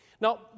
Now